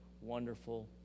wonderful